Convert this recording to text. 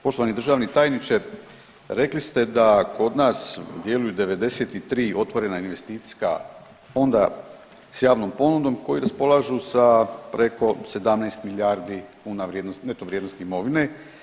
Poštovani državni tajniče, rekli ste da kod nas djeluju 93 otvorena investicijska fonda sa javnom ponudom koji raspolažu sa preko 17 milijardi kuna neto vrijednosti imovine.